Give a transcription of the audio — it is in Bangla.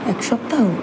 এক সপ্তাহ